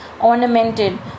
ornamented